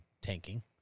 tanking